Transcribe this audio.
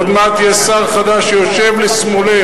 עוד מעט יהיה שר חדש, שיושב לשמאלך.